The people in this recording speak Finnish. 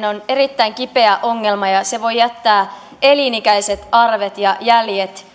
on erittäin kipeä ongelma ja se voi jättää elinikäiset arvet ja jäljet